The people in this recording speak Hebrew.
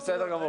בסדר.